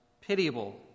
pitiable